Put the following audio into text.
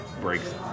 breaks